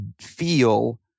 feel